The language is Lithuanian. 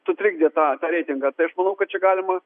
sutrikdė tą reitingą tai aš manau kad čia galima